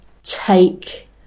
Take